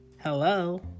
Hello